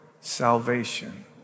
salvation